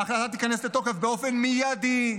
ההחלטה תיכנס לתוקף באופן מיידי,